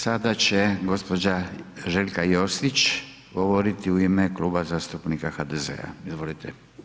Sada će gđa. Željka Josić govoriti u ime Kluba zastupnika HDZ-a, izvolite.